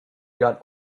got